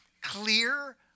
clear